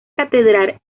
catedral